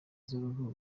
z’uruhu